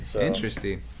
interesting